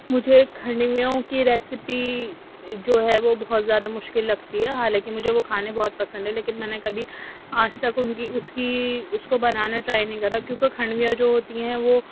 مجھے خنمیوں کی ریسپی جو ہے وہ بہت زیادہ مشکل لگتی ہے حالانکہ مجھے وہ کھانے بہت پسند ہیں لیکن میں کبھی آج تک ان کی اس کی اس کو بنانا ٹرائی نہیں کرا کیونکہ خنمیاں جو ہوتی ہیں وہ